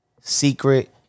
secret